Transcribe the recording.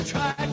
Try